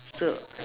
so